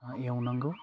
आह एवनांगौ